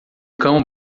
cão